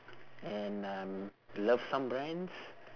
and um love some brands